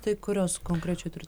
tai kurios konkrečiai turit